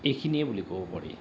এইখিনিয়ে বুলি ক'ব পাৰি